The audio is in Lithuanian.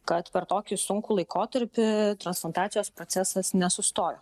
kad per tokį sunkų laikotarpį transplantacijos procesas nesustojo